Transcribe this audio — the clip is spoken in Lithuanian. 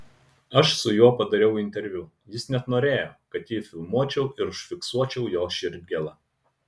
aš su juo padariau interviu jis net norėjo kad jį filmuočiau ir užfiksuočiau jo širdgėlą